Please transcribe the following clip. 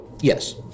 yes